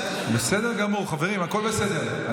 בסדר גמור, חברים, הכול בסדר.